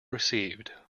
received